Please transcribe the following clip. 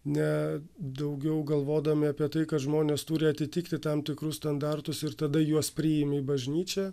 ne daugiau galvodami apie tai kad žmonės turi atitikti tam tikrus standartus ir tada juos priimi į bažnyčią